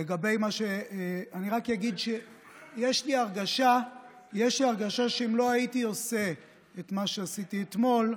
אני כן אגיד שיש לי הרגשה שאם לא הייתי עושה את מה שעשיתי אתמול,